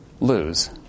lose